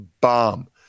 bomb